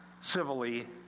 civilly